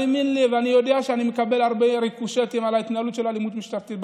אני יודע שאני מקבל הרבה ריקושטים בנושא הזה של אלימות משטרתית.